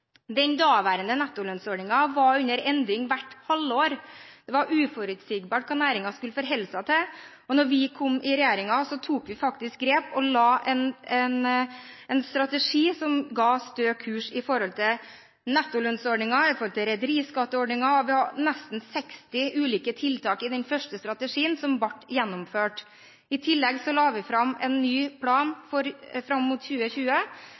Den daværende nettolønnsordningen var under endring hvert halvår. Det var uforutsigbart hva næringen skulle forholde seg til. Da vi kom i regjering, tok vi grep og la en strategi som ga stø kurs for nettolønnsordningen, for rederiskattordningen – vi hadde nesten 60 ulike tiltak i den første strategien, som ble gjennomført. I tillegg la vi fram en ny plan fram mot 2020